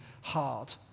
hard